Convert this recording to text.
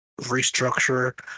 restructure